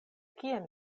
kien